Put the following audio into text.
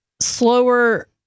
slower